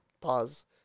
Pause